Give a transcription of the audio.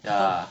ya